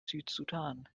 südsudan